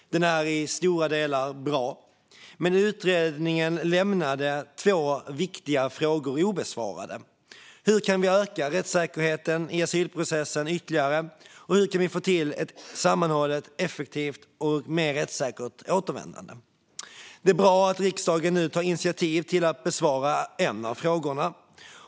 Den är i stora delar bra. Men utredningen lämnade två viktiga frågor obesvarade: Hur kan vi öka rättssäkerheten i asylprocessen ytterligare? Och hur kan vi kan få till ett sammanhållet, effektivt och mer rättssäkert återvändande? Det är bra att riksdagen nu tar initiativ till att besvara en av frågorna.